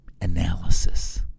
analysis